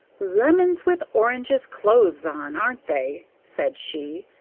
lemons with oranges' clothes on, aren't they? said she,